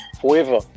forever